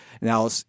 now